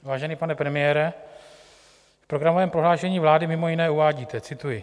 Vážený pane premiére, v programovém prohlášení vlády mimo jiné uvádíte, cituji: